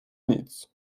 nic